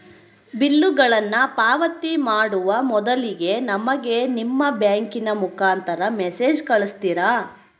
ಬಿಲ್ಲುಗಳನ್ನ ಪಾವತಿ ಮಾಡುವ ಮೊದಲಿಗೆ ನಮಗೆ ನಿಮ್ಮ ಬ್ಯಾಂಕಿನ ಮುಖಾಂತರ ಮೆಸೇಜ್ ಕಳಿಸ್ತಿರಾ?